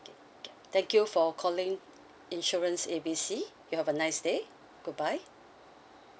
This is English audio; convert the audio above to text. okay can thank you for calling insurance A B C you have a nice day goodbye